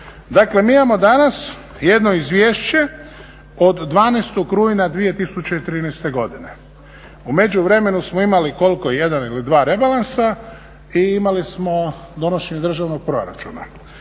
Dakle mi imamo danas jedno izvješće od 12. rujna 2013. godine. U međuvremenu smo imali jedan ili dva rebalansa i imali smo donošenje državnog proračuna,